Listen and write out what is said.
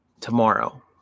tomorrow